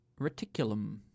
Reticulum